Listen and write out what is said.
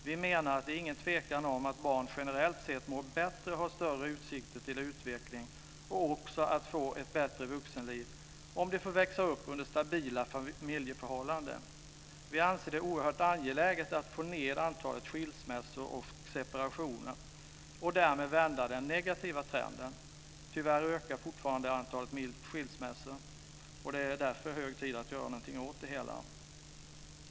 Vi menar att det inte är någon tvekan om att barn generellt sett mår bättre och har större utsikter till utveckling och också att få ett bättre vuxenliv om de får växa upp under stabila familjeförhållanden. Vi anser det oerhört angeläget att få ned antalet skilsmässor och separationer och därmed vända den negativa trenden. Tyvärr ökar fortfarande antalet skilsmässor, och det är därför hög tid att göra någonting åt det hela.